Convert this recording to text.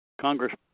Congress